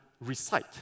recite